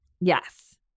Yes